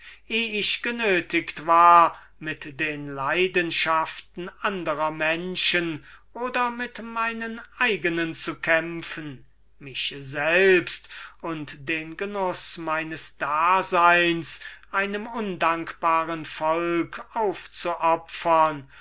ich genötiget war mit den leidenschaften andrer menschen oder mit meinen eigenen zu kämpfen mich selbst und den genuß meines daseins einem undankbaren volke aufzuopfern